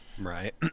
right